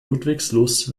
ludwigslust